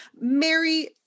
Mary